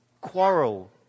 quarrel